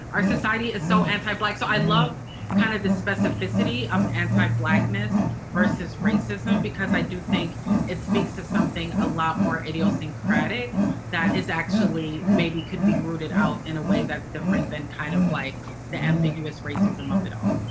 our society is so anti-black. so i love kind of the specificity of anti-blackness versus racism because i do think it speaks to something a lot more idiosyncratic that is actually maybe could be rooted out in a way that's different than kind of like the ambiguous racism of it all.